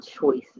choices